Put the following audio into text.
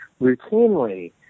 routinely